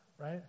right